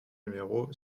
numéro